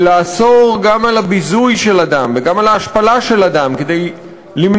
ולאסור גם ביזוי של אדם וגם השפלה של אדם כדי למנוע